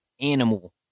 animal